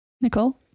nicole